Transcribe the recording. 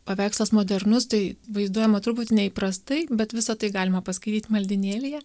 paveikslas modernus tai vaizduojama turbūt neįprastai bet visa tai galima paskaityt maldynėlyje